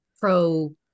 pro